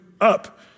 up